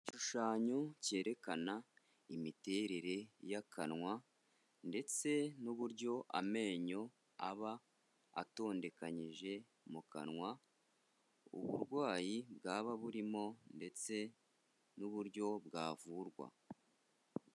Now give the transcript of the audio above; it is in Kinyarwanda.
Igishushanyo cyerekana imiterere y'akanwa ndetse n'uburyo amenyo aba atondekanyije mu kanwa, uburwayi bwaba burimo ndetse n'uburyo bwavurwa.